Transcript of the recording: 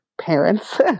parents